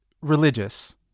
religious